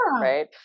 right